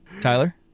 Tyler